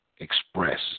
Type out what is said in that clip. express